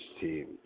team